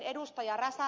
totesin ed